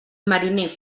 mariner